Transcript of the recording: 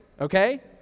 Okay